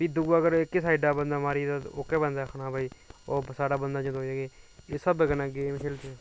फ्ही दूआ अगर एह्की साइडा बंदा मारी आखना भाई ओह् साढ़ा बंदा एह् स्हाबै कन्नै गेम खेलदे